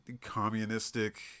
communistic